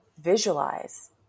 visualize